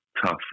tough